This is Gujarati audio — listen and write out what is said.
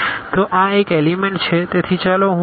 તો આ એક એલીમેન્ટ છે તેથી ચાલો હું આ n લઈશ